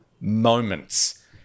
moments